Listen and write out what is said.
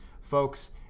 Folks